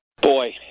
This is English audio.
Boy